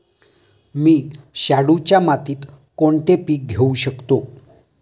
मी शाडूच्या मातीत कोणते पीक घेवू शकतो?